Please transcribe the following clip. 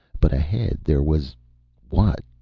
but ahead there was what?